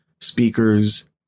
speakers